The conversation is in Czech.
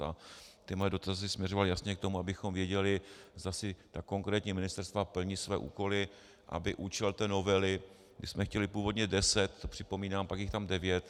A ty moje dotazy směřovaly jasně k tomu, abychom věděli, zda konkrétní ministerstva plní své úkoly, aby účel té novely my jsme chtěli původně deset, to připomínám, pak jich tam je devět.